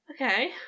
Okay